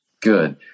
Good